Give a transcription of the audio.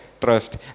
trust